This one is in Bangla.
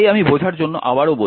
তাই আমি বোঝার জন্য আবারও বলছি